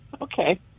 Okay